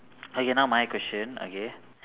okay now my question okay